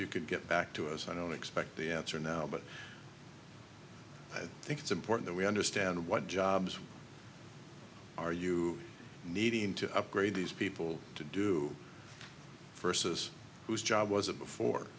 you could get back to us i don't expect the answer now but i think it's important that we understand what jobs are you needing to upgrade these people to do versus whose job was it before